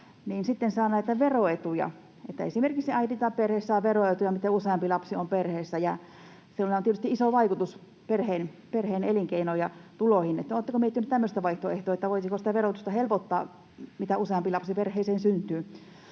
sitten saa näitä veroetuja? Esimerkiksi äiti tai perhe saa veroetuja, mitä useampi lapsi on perheessä, ja sillä on tietysti iso vaikutus perheen elinkeinoon ja tuloihin. Eli oletteko miettineet tämmöistä vaihtoehtoa, että voisiko sitä verotusta helpottaa, mitä useampi lapsi perheeseen syntyy?